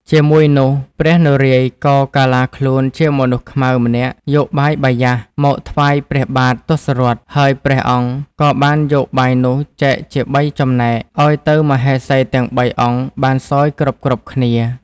ជាមួយ នោះព្រះនារាយណ៍ក៏កាឡាខ្លួនជាមនុស្សខ្មៅម្នាក់យក បាយបាយាស មកថ្វាយព្រះបាទ ទសរថ ហើយព្រះអង្គក៏បានយកបាយនោះចែកជាបីចំណែក ឱ្យទៅមហេសីទាំងបីអង្គបាន សោយ គ្រប់ៗគ្នា។